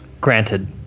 Granted